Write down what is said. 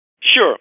Sure